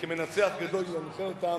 כמנצח גדול, ינחה אותם,